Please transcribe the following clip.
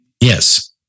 Yes